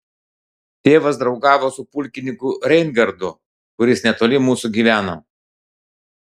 tėvas draugavo su pulkininku reingardu kuris netoli mūsų gyveno